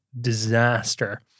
disaster